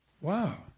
Wow